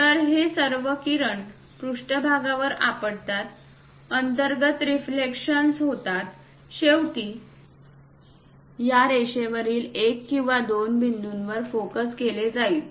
तर हे सर्व किरण पृष्ठभागावर आपटतात अंतर्गत रिफ्लेक्शन्स होतात शेवटी या रेषेवरील एक किंवा दोन बिंदूंवर फोकस केले जाईल